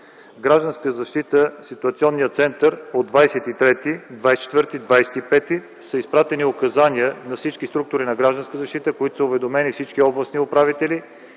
„Гражданска защита” от 23, 24 и 25 са изпратени указания на всички структури на „Гражданска защита” като са уведомени всички областни управители